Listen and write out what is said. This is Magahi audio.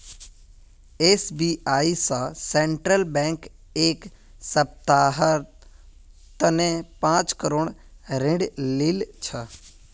एस.बी.आई स सेंट्रल बैंक एक सप्ताहर तने पांच करोड़ ऋण लिल छ